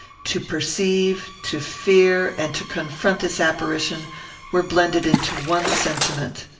to perceive, to fear, and to confront this apparition were blended into one sentiment.